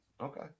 Okay